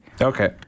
Okay